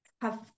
have-